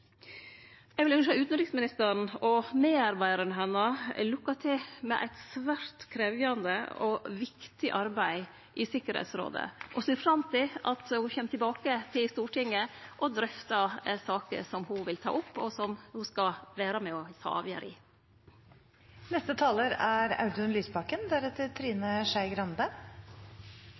Eg vil ynskje utanriksministeren og medarbeidarane hennar lukke til med eit svært krevjande og viktig arbeid i Tryggingsrådet, og ser fram til at ho kjem tilbake til Stortinget og drøftar saker som ho vil ta opp, og som ho skal vere med og ta avgjerd i. SV er